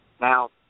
Now